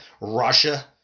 Russia